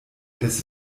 des